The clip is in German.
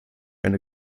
eine